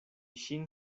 ŝin